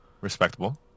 respectable